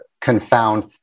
confound